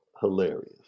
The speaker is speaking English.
hilarious